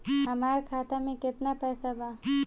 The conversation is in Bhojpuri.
हमार खाता में केतना पैसा बा?